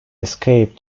escaped